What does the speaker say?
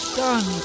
done